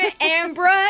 Amber